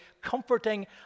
comforting